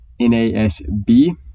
NASB